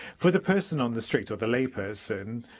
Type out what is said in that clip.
for the person on the street, or the layperson,